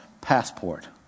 passport